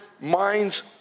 minds